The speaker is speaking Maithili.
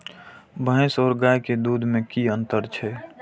भैस और गाय के दूध में कि अंतर छै?